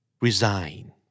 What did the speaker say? Resign